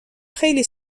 خیلی